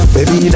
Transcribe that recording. Baby